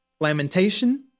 lamentation